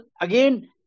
again